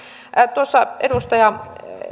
edustaja